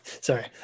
sorry